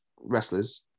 wrestlers